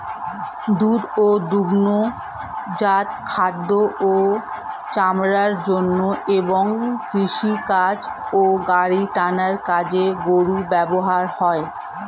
দুধ ও দুগ্ধজাত খাদ্য ও চামড়ার জন্য এবং কৃষিকাজ ও গাড়ি টানার কাজে গরু ব্যবহৃত হয়